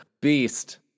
beast